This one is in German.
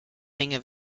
menge